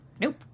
nope